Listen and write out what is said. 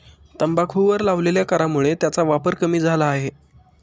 तंबाखूवर लावलेल्या करामुळे त्याचा वापर कमी झाला आहे